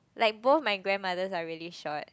like both my grandmothers are really short